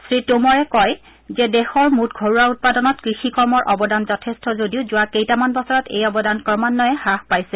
শ্ৰীটোমৰে কয় যে দেশৰ মূঠ ঘৰুৱা উৎপাদনত কৃষি কৰ্মৰ অৱদান যথেষ্ট যদিও যোৱা কেইটামান বছৰত এই অৱদান ক্ৰমান্বয়ে হাস পাইছে